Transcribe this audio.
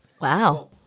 Wow